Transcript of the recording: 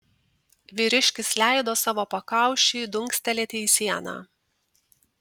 vyriškis leido savo pakaušiui dunkstelėti į sieną